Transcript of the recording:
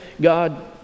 God